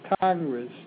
Congress